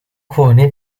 couronné